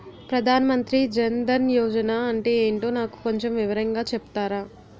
ప్రధాన్ మంత్రి జన్ దన్ యోజన అంటే ఏంటో నాకు కొంచెం వివరంగా చెపుతారా?